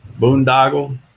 Boondoggle